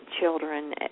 children